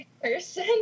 Person